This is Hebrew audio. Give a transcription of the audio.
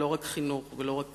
לא רק חינוך ולא רק